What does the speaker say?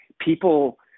people